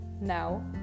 Now